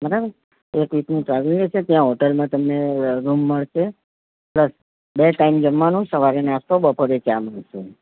એક વિકનું ટ્રાવેલિંગ રહેશે ત્યાં હોટેલમાં તમને રૂમ મળશે પ્લસ બે ટાઈમ જમવાનું સવારે નાસ્તો બપોરે ચા મળશે